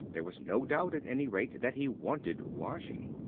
there was no doubt at any rate that he wanted washing.